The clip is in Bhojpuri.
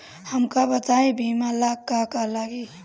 हमका बताई बीमा ला का का लागी?